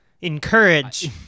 Encourage